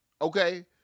Okay